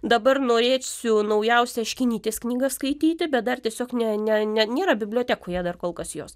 dabar norėsiu naujausią aškinytės knygą skaityti bet dar tiesiog ne ne ne nėra bibliotekoje dar kol kas jos